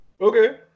Okay